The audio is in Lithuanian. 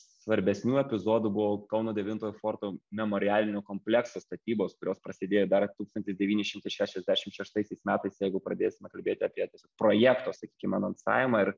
svarbesnių epizodų buvo kauno devintojo forto memorialinio komplekso statybos kurios prasidėjo dar tūkstantis devyni šimtai šešiasdešim šeštaisiais metais jeigu pradėsime kalbėti apie projekto sakykim anonsavimą ir